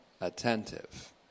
attentive